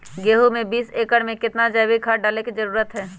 गेंहू में बीस एकर में कितना जैविक खाद डाले के जरूरत है?